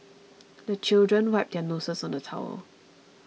the children wipe their noses on the towel